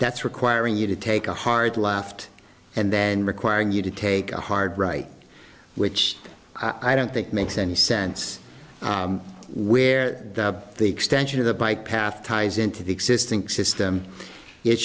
that's requiring you to take a hard left and then requiring you to take a hard right which i don't think makes any sense where the extension of the bike path ties into the existing system it